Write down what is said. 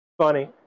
funny